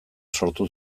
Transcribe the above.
sortu